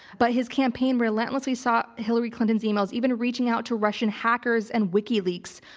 but his campaign relentlessly sought hillary clinton's emails even reaching out to russian hackers and wikileaks,